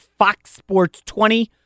FOXSPORTS20